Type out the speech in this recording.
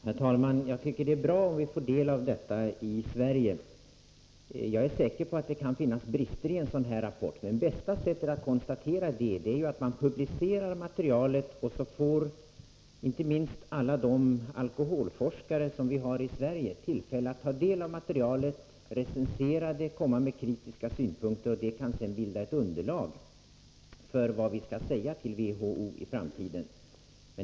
Herr talman! Jag tycker att det är bra om vi får del av detta i Sverige. Jag är säker på att det kan finnas brister i en sådan här rapport, men det bästa sättet att klarlägga det är ju att man publicerar materialet. Då får inte minst alla de alkoholforskare som vi har i Sverige tillfälle att ta del av materialet, recensera det och framföra kritiska synpunkter. Det kan bilda ett underlag för vad vi i framtiden skall säga till WHO.